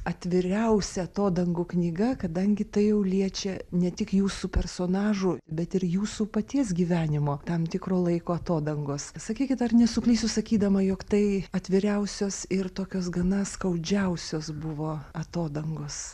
atviriausia atodangų knyga kadangi tai jau liečia ne tik jūsų personažų bet ir jūsų paties gyvenimo tam tikro laiko atodangos sakykit ar nesuklysiu sakydama jog tai atviriausios ir tokios gana skaudžiausios buvo atodangos